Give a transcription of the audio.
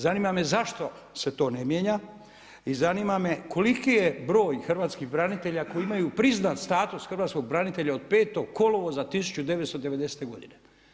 Zanima me zašto se to ne mijenja i zanima me koliki je broj hrvatskih branitelja koji imaju priznat status hrvatskog branitelja od 5. kolovoza 1990. godine?